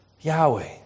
Yahweh